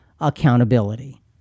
accountability